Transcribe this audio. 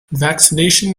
vaccination